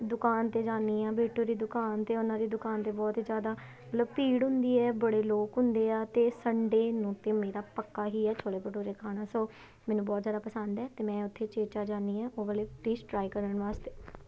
ਦੁਕਾਨ 'ਤੇ ਜਾਂਦੀ ਹਾਂ ਬਿਟੂ ਦੀ ਦੁਕਾਨ 'ਤੇ ਉਹਨਾਂ ਦੀ ਦੁਕਾਨ 'ਤੇ ਬਹੁਤ ਹੀ ਜ਼ਿਆਦਾ ਮਤਲਬ ਭੀੜ ਹੁੰਦੀ ਹੈ ਬੜੇ ਲੋਕ ਹੁੰਦੇ ਆ ਅਤੇ ਸੰਡੇ ਨੂੰ ਤਾਂ ਮੇਰਾ ਪੱਕਾ ਹੀ ਹੈ ਛੋਲੇ ਭਟੂਰੇ ਖਾਣਾ ਸੋ ਮੈਨੂੰ ਬਹੁਤ ਜ਼ਿਆਦਾ ਪਸੰਦ ਹੈ ਅਤੇ ਮੈਂ ਉੱਥੇ ਉਚੇਚਾ ਜਾਂਦੀ ਹਾਂ ਉਹ ਵਾਲੇ ਡਿਸ਼ ਟਰਾਈ ਕਰਨ ਵਾਸਤੇ